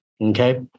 Okay